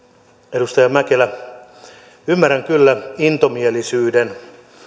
edustaja mäkelä ymmärrän kyllä intomielisyyden